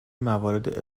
موارد